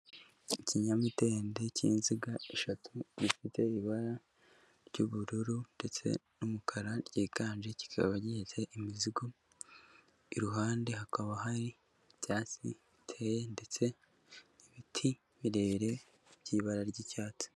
Ikinyamidende cy'inziga eshatu gifite ibara ry'ubururu ndetse n'umukara ryiganje kikaba gihetse imizigo, iruhande hakaba hari ibyatsi biteye ndetse n'ibiti birebire by'ibara ry'icyatsi.